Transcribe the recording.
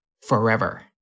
forever